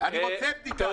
אני רוצה בדיקה.